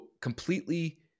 completely